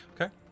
Okay